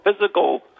physical